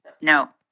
no